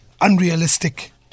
unrealistic